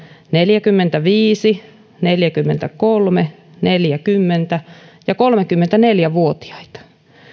neljäkymmentäviisi neljäkymmentäkolme neljäkymmentä ja kolmekymmentäneljä vuotiaita vuonna kaksituhattaviisikymmentä